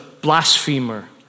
blasphemer